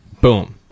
Boom